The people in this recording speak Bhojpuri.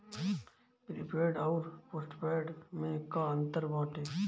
प्रीपेड अउर पोस्टपैड में का अंतर बाटे?